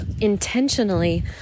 intentionally